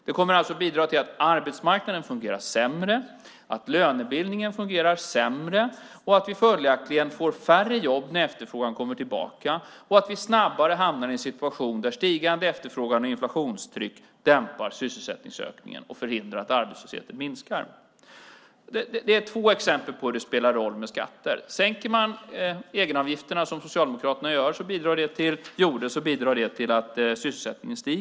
Det kommer alltså att bidra till att arbetsmarknaden fungerar sämre, att lönebildningen fungerar sämre, att vi följaktligen får färre jobb när efterfrågan kommer tillbaka och att vi snabbare hamnar i en situation där stigande efterfrågan och inflationstryck dämpar sysselsättningsökningen och förhindrar att arbetslösheten minskar. Det är två exempel på hur det spelar roll med skatter. Om man sänker egenavgifterna, som Socialdemokraterna gjorde, bidrar det till att sysselsättningen ökar.